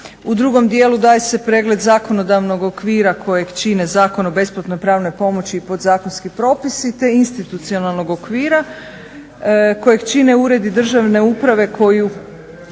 U drugom dijelu daje se pregled zakonodavnog okvira kojeg čine Zakon o besplatnoj pravnoj pomoći i podzakonski propisi, te institucionalnog okvira kojeg čine uredi državne uprave koji